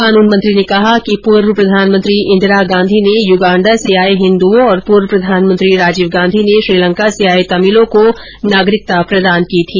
कानून मंत्री ने कहा कि पूर्व प्रधानमंत्री इंदिरा गांधी ने युगांडा से आए हिन्दुओं और पूर्व प्रधानमंत्री राजीव गांधी ने श्रीलंका से आए तमिलों को नागरिकता प्रदान की थी